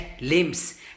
limbs